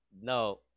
no